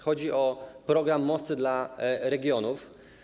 Chodzi o program ˝Mosty dla regionów˝